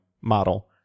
model